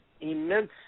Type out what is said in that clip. immense